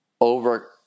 over